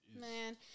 Man